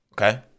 okay